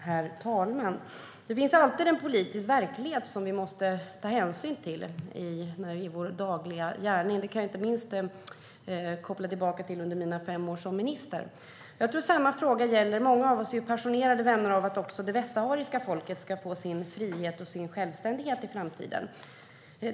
Herr talman! Det finns alltid en politisk verklighet vi måste ta hänsyn till i vår dagliga gärning; det kan jag koppla tillbaka till inte minst utifrån mina fem år som minister. Många av oss är ju passionerade vänner av att också det västsahariska folket ska få sin frihet och självständighet i framtiden.